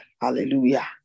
Hallelujah